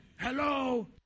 Hello